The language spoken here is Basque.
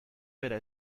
bera